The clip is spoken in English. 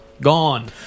gone